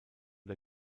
der